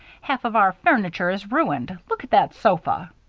half of our furniture is ruined. look at that sofa!